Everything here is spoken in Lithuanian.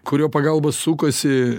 kurio pagalba sukasi